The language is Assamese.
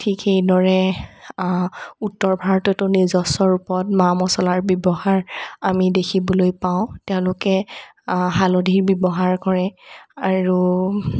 ঠিক সেইদৰে উত্তৰ ভাৰততো নিজস্ব ৰূপত মা মচলাৰ ব্যৱহাৰ আমি দেখিবলৈ পাওঁ তেওঁলোকে হালধিৰ ব্যৱহাৰ কৰে আৰু